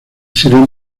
sirven